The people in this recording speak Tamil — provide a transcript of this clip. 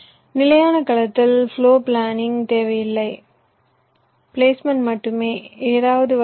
நிலையான கலத்தில் ப்ளோர் பிளானிங் தேவையில்லை பிளேஸ்மெண்ட் மட்டுமே தேவைப்படும்